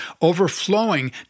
overflowing